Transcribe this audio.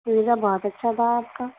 pizza بہت اچھا تھا آپ کا